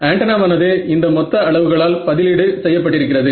ஆண்டனாவானது இந்த மொத்த அளவுகளால் பதிலீடு செய்ய பட்டிருக்கிறது